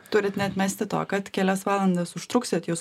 turit neatmesti to kad kelias valandas užtruksit jūs